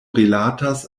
rilatas